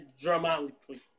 dramatically